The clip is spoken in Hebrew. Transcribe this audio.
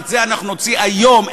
את זה אנחנו נוציא היום,